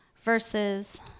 verses